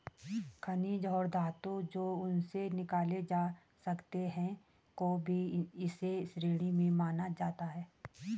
खनिज और धातु जो उनसे निकाले जा सकते हैं को भी इसी श्रेणी में माना जाता है